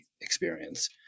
experience